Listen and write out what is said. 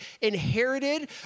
inherited